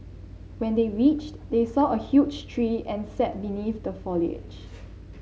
when they reached they saw a huge tree and sat beneath the foliage